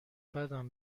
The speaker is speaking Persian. بدم